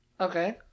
Okay